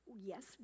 Yes